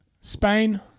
Spain